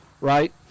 Right